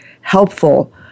helpful